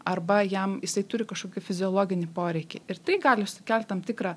arba jam jisai turi kažkokį fiziologinį poreikį ir tai gali sukelt tam tikrą